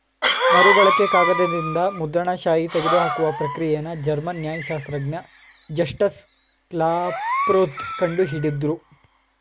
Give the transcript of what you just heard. ಮರುಬಳಕೆ ಕಾಗದದಿಂದ ಮುದ್ರಣ ಶಾಯಿ ತೆಗೆದುಹಾಕುವ ಪ್ರಕ್ರಿಯೆನ ಜರ್ಮನ್ ನ್ಯಾಯಶಾಸ್ತ್ರಜ್ಞ ಜಸ್ಟಸ್ ಕ್ಲಾಪ್ರೋತ್ ಕಂಡು ಹಿಡುದ್ರು